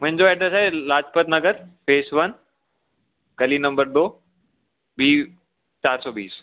मुंहिंजो एड्रेस आहे Lajpat Nagar phase one गली नंबर दो बी चारि सौ बीस